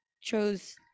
chose